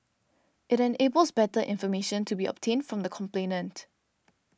it enables better information to be obtained from the complainant